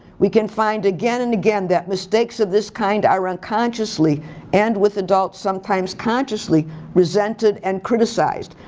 we can find again and again that mistakes of this kind are unconsciously and with adult sometimes consciously resented and criticized.